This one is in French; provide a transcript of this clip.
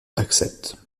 accepte